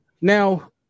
Now